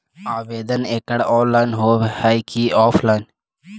आवेदन एकड़ ऑनलाइन होव हइ की ऑफलाइन?